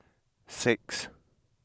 six